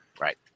Right